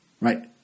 right